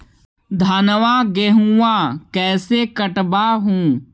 धाना, गेहुमा कैसे कटबा हू?